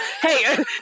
Hey